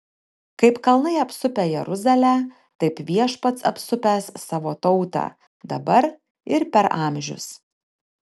kaip kalnai apsupę jeruzalę taip viešpats apsupęs savo tautą dabar ir per amžius